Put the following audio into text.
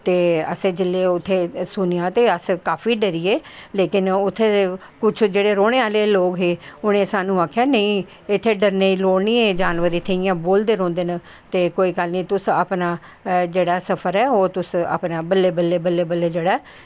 ते असैं जिसलै उत्थें सुनेंआ ते अस काफी डरी गे लेकिन उत्थें कुश जेह्ड़े रौह्नें आह्ले लोग हे उनें साह्नू आक्खेआ नेंई इत्तें डरनें दी लोड़ ना ऐ इत्थें जानवर इयैां बोलदे रौंह्दे न ते कोई गल्ल नी तुस अपनां जेह्ड़ा सफर ऐ ओह् तुस बल्लें बल्लें जेह्ड़ा ऐ